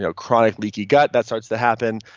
you know chronic leaky gut, that starts to happen.